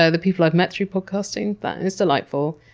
ah the people i've met through podcasting, that is delightful.